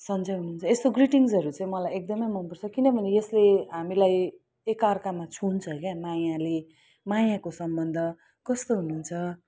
सन्चै हुनुहुन्छ यस्तो ग्रिटिङ्गसहरू चाही मलाई एकदमै मनपर्छ किनभने यसले हामीलाई एकार्कामा छुन्छ क्या मायाले मायाको सम्बन्ध कस्तो हुनुहुन्छ